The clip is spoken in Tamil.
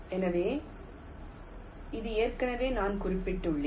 எனவே இது ஏற்கனவே நான் குறிப்பிட்டுள்ளேன்